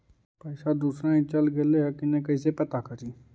पैसा दुसरा ही चल गेलै की न कैसे पता करि?